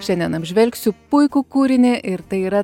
šiandien apžvelgsiu puikų kūrinį ir tai yra